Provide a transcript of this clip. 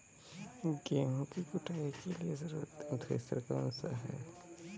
गेहूँ की कुटाई के लिए सर्वोत्तम थ्रेसर कौनसा है?